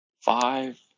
five